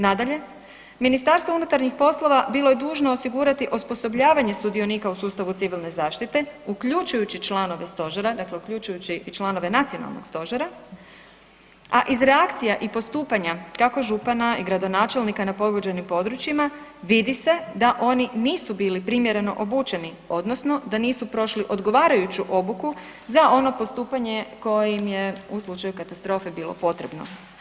Nadalje, Ministarstvo unutarnjih poslova bilo je dužno osigurati osposobljavanje sudionika u sustavu civilne zaštite, uključujući članove stožera, dakle uključujući i članove Nacionalnog stožera, a iz reakcija i postupanja, kako župana i gradonačelnika na pogođenim područjima, vidi se da oni nisu bili primjereno obučeni, odnosno da nisu prošli odgovarajuću obuku za ono postupanje koji im je, u slučaju katastrofe bilo potrebno.